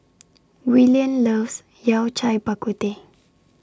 Willian loves Yao Cai Bak Kut Teh